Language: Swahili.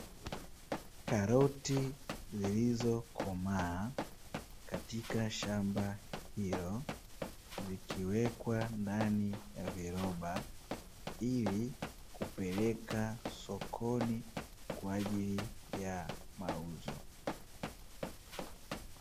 Karoti zilizokomaa katika shamba hilo, zikiwekwa ndani ya viroba ili kupeleka sokoni kwa ajili ya mauzo.